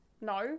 No